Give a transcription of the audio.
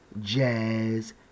jazz